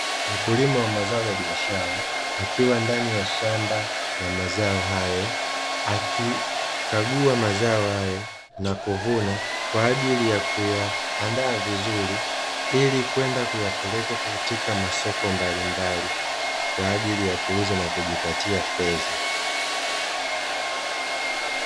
Mkulima wa mazao ya biashara, akiwa ndani ya shamba la mazao hayo, akikagua mazao hayo na kuvuna, kwa ajili ya kuyaanda vizuri ili kwenda kuyapeleka katika masoko mbalimbali kwa ajili ya kuuza na kujipatia fedha.